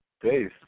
days